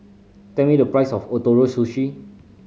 tell me the price of Ootoro Sushi